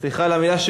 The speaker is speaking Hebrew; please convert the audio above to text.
סליחה על המילה,